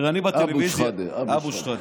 אבו שחאדה.